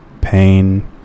pain